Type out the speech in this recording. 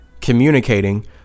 communicating